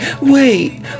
wait